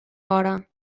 hora